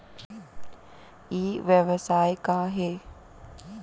ई व्यवसाय का हे?